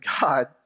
God